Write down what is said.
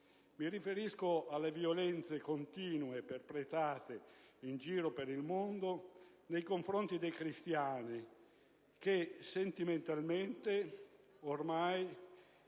Mi riferisco alle violenze continue perpetrate nel mondo nei confronti dei cristiani che sentimentalmente ormai